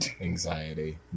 anxiety